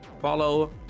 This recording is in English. follow